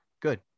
Good